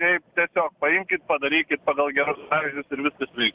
taip tiesiog paimkit padarykit pagal gerus pavyzdžius ir viskas veiks